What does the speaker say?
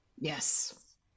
yes